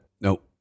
nope